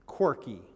Quirky